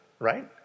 Right